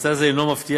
ממצא זה אינו מפתיע,